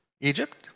Egypt